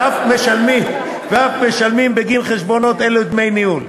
ואף משלמים בגין חשבונות אלו דמי ניהול.